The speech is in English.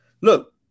Look